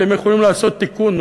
אתם יכולים לעשות תיקון,